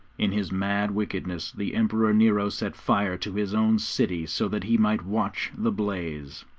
in his mad wickedness, the emperor nero set fire to his own city so that he might watch the blaze.